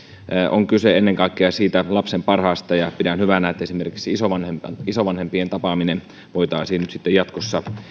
on kyse ennen kaikkea lapsen parhaasta ja pidän hyvänä että esimerkiksi isovanhempien isovanhempien tapaaminen voitaisiin nyt sitten jatkossa